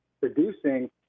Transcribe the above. producing